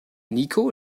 niko